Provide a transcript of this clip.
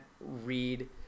read